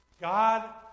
God